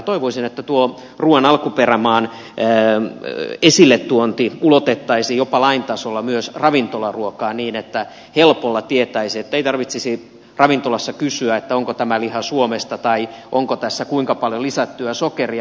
toivoisin että tuo ruuan alkuperämaan esille tuonti ulotettaisiin jopa lain tasolla myös ravintolaruokaan niin että helpolla tietäisi että ei tarvitsisi ravintolassa kysyä että onko tämä liha suomesta tai onko tässä kuinka paljon lisättyä sokeria